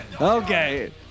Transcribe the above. Okay